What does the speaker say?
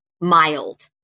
mild